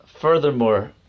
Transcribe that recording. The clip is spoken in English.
Furthermore